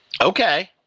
Okay